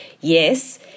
yes